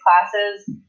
classes